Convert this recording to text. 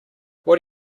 what